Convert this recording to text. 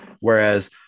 Whereas